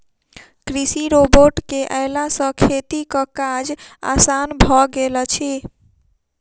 कृषि रोबोट के अयला सॅ खेतीक काज आसान भ गेल अछि